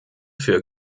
für